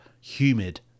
humid